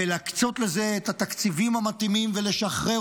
ולהקצות לזה את התקציבים המתאימים ולשחרר